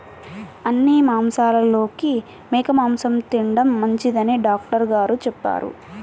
అన్ని మాంసాలలోకి మేక మాసం తిండం మంచిదని డాక్టర్ గారు చెప్పారు